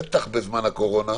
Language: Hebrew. בטח בזמן הקורונה,